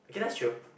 okay that's true